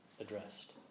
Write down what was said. addressed